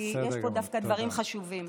כי יש פה דווקא דברים חשובים.